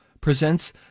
presents